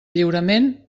lliurament